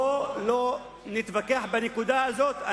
בוא לא נתווכח בנקודה הזאת.